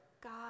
God